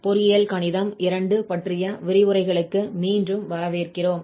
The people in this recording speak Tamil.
பொறியியல் கணிதம் II பற்றிய விரிவுரைகளுக்கு மீண்டும் வரவேற்கிறோம்